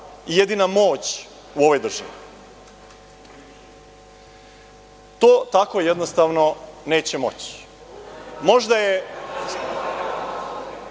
jedina moć u ovoj državi. To tako jednostavno neće moći. Možda je